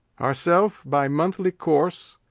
ourself, by monthly course,